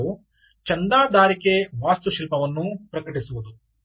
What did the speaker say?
ಎರಡನೆಯದು ಚಂದಾದಾರಿಕೆ ವಾಸ್ತುಶಿಲ್ಪವನ್ನು ಪ್ರಕಟಿಸುವುದು